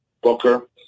Booker